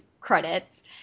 credits